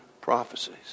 prophecies